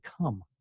come